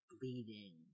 bleeding